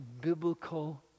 biblical